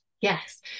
yes